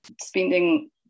spending